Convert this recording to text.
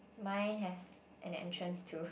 mine has an entrance to